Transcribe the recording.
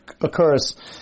occurs